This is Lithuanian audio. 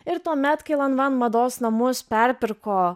ir tuomet kai lanvan mados namus perpirko